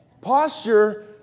Posture